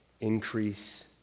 increase